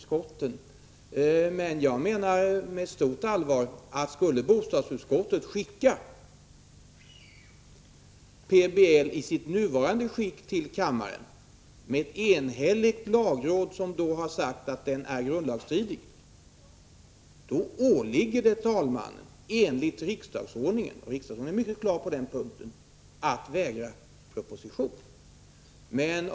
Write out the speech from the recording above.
Skulle emellertid bostadsutskottet skicka PBL i dess nuvarande skick till kammaren, när ett enhälligt lagråd har sagt att den är grundlagsstridig, åligger det talmannen enligt riksdagsordningen — som är mycket klar på den punkten — att vägra proposition.